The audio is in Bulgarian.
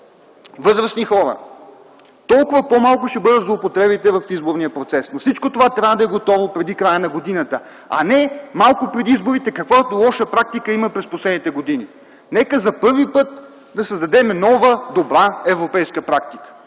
възрастни хора, толкова по-малко ще бъдат злоупотребите в изборния процес. Всичко това трябва да е готово преди края на годината, а не малко преди изборите, каквато лоша практика има през последните години. Нека за първи път да създадем нова добра европейска практика